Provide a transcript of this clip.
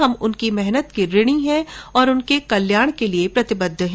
हम उनकी मेहनत के ऋणी हैं और उनके कल्याण के लिए प्रतिबद्ध है